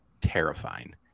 Terrifying